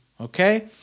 okay